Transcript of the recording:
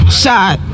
shot